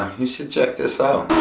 you should check this out